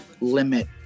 limit